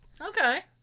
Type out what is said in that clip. Okay